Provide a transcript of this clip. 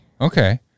Okay